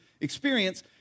experience